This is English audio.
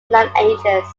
lineages